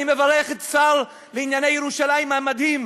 אני מברך את השר לענייני ירושלים המדהים